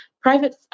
private